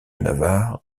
navarre